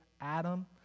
Adam